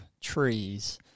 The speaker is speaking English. trees